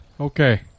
Okay